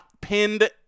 pinned